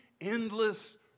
endless